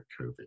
COVID